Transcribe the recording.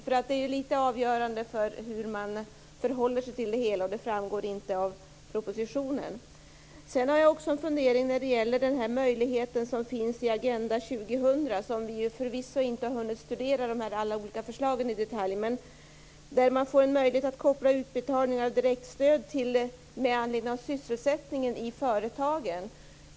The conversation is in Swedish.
Det är ju litet avgörande för hur man förhåller sig till det hela, och det framgår inte av propositionen. Jag har också en fundering om den möjlighet som finns i Agenda 2000 - förvisso har vi inte hunnit studera alla de olika förslagen i detalj - att koppla utbetalningar av direktstöd till sysselsättningen i företagen.